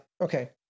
okay